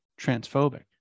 transphobic